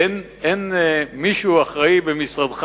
אין במשרדך